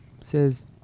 Says